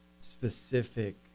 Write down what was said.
specific